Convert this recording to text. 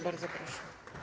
Bardzo proszę.